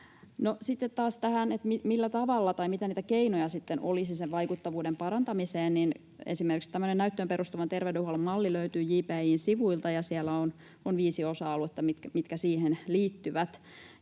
sitten taas tähän, mitä keinoja sitten olisi sen vaikuttavuuden parantamiseen, niin esimerkiksi tämmöinen näyttöön perustuvan terveydenhuollon malli löytyy JBI:n sivuilta. Siellä on viisi osa-aluetta, mitkä siihen liittyvät: